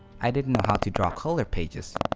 i didn't know how to draw color pages.